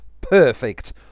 Perfect